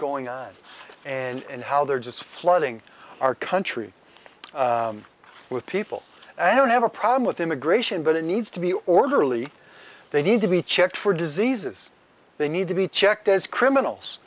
going on and how they're just flooding our country with people and i don't have a problem with immigration but it needs to be orderly they need to be checked for diseases they need to be checked as criminals